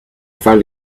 found